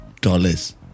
dollars